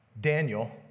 Daniel